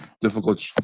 difficult